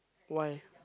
why